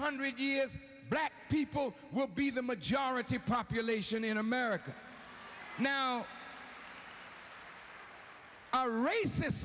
hundred years black people will be the majority population in america now racist